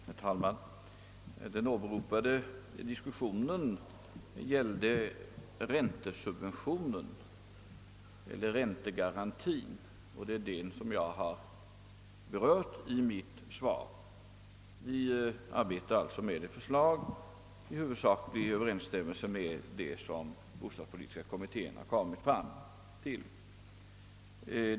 Herr talman! Den åberopade diskussionen gällde räntesubventionen eller räntebidragen, och det är den som jag har berört i mitt svar. Vi arbetar alltså med ett förslag i huvudsaklig överensstämmelse med det som bostadspolitiska kommittén lagt fram.